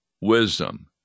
wisdom